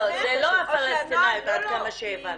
זה לא הפלשתינאיות עד כמה שהבנתי.